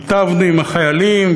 היטבנו עם החיילים,